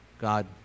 God